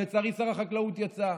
ולצערי שר החקלאות יצא.